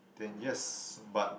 then yes but